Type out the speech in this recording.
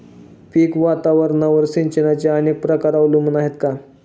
पीक वातावरणावर सिंचनाचे अनेक प्रकार अवलंबून आहेत का?